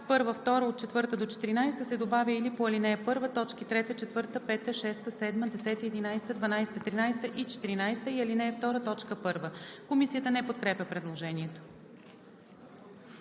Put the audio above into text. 1, 2, 4 – 14“ се добавя „или по ал. 1, т. 3, 4, 5, 6, 7, 10, 11, 12, 13 и 14 и ал. 2, т. 1“.“ Комисията не подкрепя предложението.